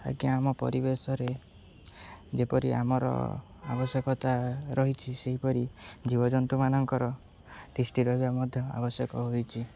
ଆଜ୍ଞା ଆମ ପରିବେଶରେ ଯେପରି ଆମର ଆବଶ୍ୟକତା ରହିଛି ସେହିପରି ଜୀବଜନ୍ତୁମାନଙ୍କର ଦତିଷ୍ଠଟି ରହିବା ମଧ୍ୟ ଆବଶ୍ୟକ ହୋଇଚି